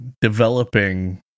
developing